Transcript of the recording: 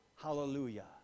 Hallelujah